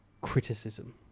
criticism